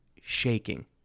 shaking